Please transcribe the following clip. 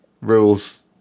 rules